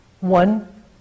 One